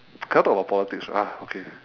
cannot talk about politics right ah okay